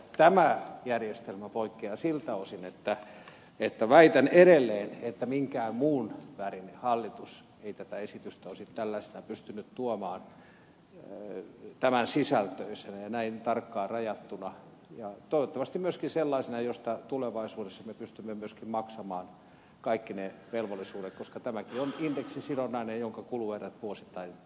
tämä järjestelmä poikkeaa siltä osin väitän edelleen että minkään muun värinen hallitus ei tätä esitystä olisi tällaisena pystynyt tuomaan tämän sisältöisenä ja näin tarkkaan rajattuna ja toivottavasti myöskin sellaisena jotta tulevaisuudessa me pystymme myöskin maksamaan kaikki ne velvollisuudet koska tämäkin on indeksisidonnainen jonka kuluerät vuosittain vain lisääntyvät